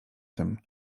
tym